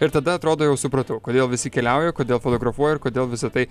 ir tada atrodo jau supratau kodėl visi keliauja kodėl fotografuoja ir kodėl visa tai